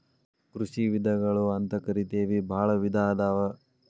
ಕೃಷಿ ವಿಧಗಳು ಅಂತಕರಿತೆವಿ ಬಾಳ ವಿಧಾ ಅದಾವ